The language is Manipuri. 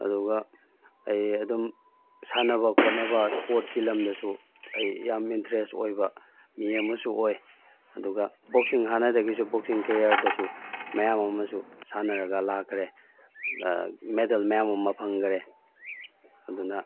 ꯑꯗꯨꯒ ꯑꯩ ꯑꯗꯨꯝ ꯁꯥꯟꯅꯕ ꯈꯣꯠꯅꯕ ꯏꯁꯄꯣꯔꯠꯀꯤ ꯂꯝꯗꯁꯨ ꯑꯩ ꯌꯥꯝ ꯏꯟꯇꯔꯦꯁ ꯑꯣꯏꯕ ꯃꯤ ꯑꯃꯁꯨ ꯑꯣꯏ ꯑꯗꯨꯒ ꯕꯣꯛꯁꯤꯡ ꯍꯥꯟꯅꯗꯒꯤꯁꯨ ꯕꯣꯛꯁꯤꯡ ꯀꯦꯔꯤꯌꯥꯔꯗꯁꯨ ꯃꯌꯥꯝ ꯑꯃꯁꯨ ꯁꯥꯟꯅꯔꯒ ꯂꯥꯛꯈ꯭ꯔꯦ ꯃꯦꯗꯜ ꯃꯌꯥꯝ ꯑꯃ ꯐꯪꯈꯔꯦ ꯑꯗꯨꯅ